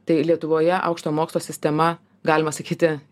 tai lietuvoje aukšto mokslo sistema galima sakyti